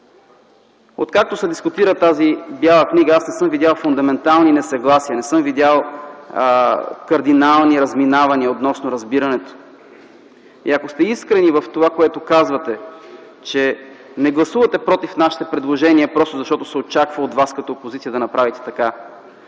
Откакто се дискутира тази Бяла книга, аз не съм видял фундаментални несъгласия, не съм видял кардинални разминавания относно разбирането. И ако сте искрени в това, което казвате – че не гласувате против нашите предложения просто защото се очаква от вас като опозиция да направите така,